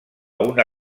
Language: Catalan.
una